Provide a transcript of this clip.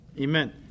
Amen